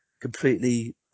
completely